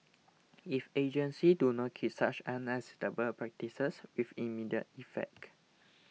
if agencies do not cease such unacceptable practices with immediate effect